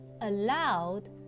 allowed